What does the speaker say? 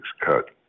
cut